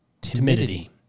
Timidity